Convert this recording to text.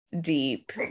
deep